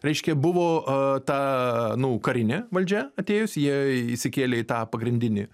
reiškia buvo ta nu karinė valdžia atėjus jie įsikėlė į tą pagrindinį